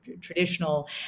traditional